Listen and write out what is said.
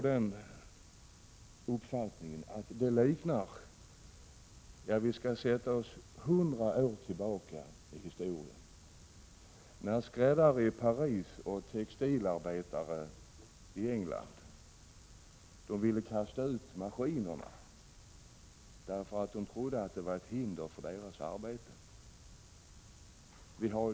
Detta liknar ett fall ett hundra år tillbaka i tiden när en skräddare i Paris och en textilarbetare i England ville kasta ur maskinerna, därför att de trodde att maskinerna utgjorde ett hinder för deras arbete.